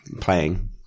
playing